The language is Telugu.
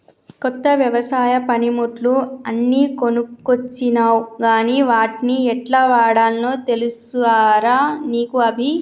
కొత్త వ్యవసాయ పనిముట్లు అన్ని కొనుకొచ్చినవ్ గని వాట్ని యెట్లవాడాల్నో తెలుసా రా నీకు అభి